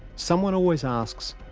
someone always asks,